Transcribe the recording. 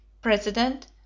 President